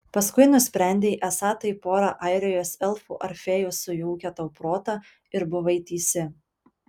paskui nusprendei esą tai pora airijos elfų ar fėjų sujaukė tau protą ir buvai teisi